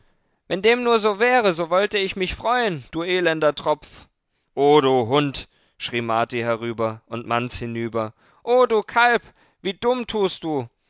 wenn dem nur so wäre so wollte ich mich freuen du elender tropf o du hund schrie marti herüber und manz hinüber o du kalb wie dumm tust du